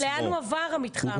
לאן עבר המתחם?